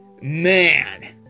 Man